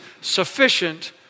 sufficient